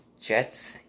Jets